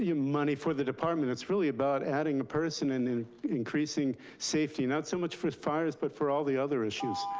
money for the department, it's really about adding a person and and increasing safety. not so much for fires, but for all the other issues.